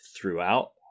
throughout